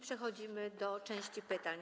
Przechodzimy do części pytań.